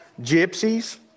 gypsies